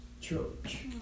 church